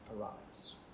arrives